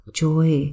joy